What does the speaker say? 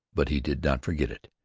but he did not forget it,